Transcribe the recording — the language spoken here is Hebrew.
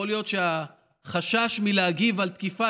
יכול להיות שהחשש מלהגיב על תקיפה